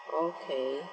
okay